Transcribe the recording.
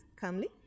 Calmly